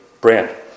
brand